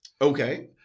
Okay